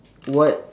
what